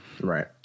Right